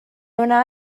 wna